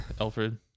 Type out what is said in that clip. alfred